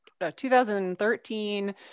2013